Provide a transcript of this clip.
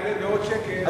יעלה בעוד שקל,